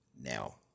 Now